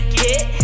get